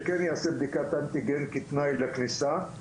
שכן יעשה בדיקת אנטיגן כתנאי לכניסה.